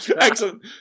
Excellent